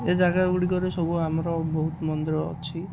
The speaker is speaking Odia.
ଏ ଜାଗା ଗୁଡ଼ିକରେ ସବୁ ଆମର ବହୁତ ମନ୍ଦିର ଅଛି